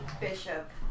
Bishop